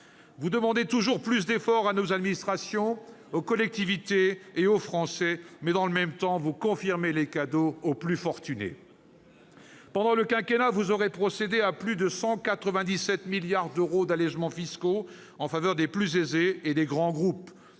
vous demandez toujours plus d'efforts à nos administrations, aux collectivités et aux Français, mais, dans le même temps, vous confirmez les cadeaux aux plus fortunés. Pendant le quinquennat, vous aurez procédé à plus de 197 milliards d'euros d'allégements fiscaux en faveur des plus aisés et des grands groupes.